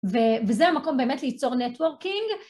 וזה המקום באמת ליצור נטוורקינג.